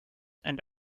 and